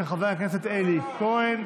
של חבר הכנסת אלי כהן.